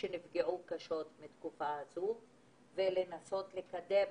שנפגעו קשה מהתקופה הזאת - וינסו לקדם